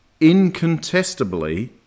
Incontestably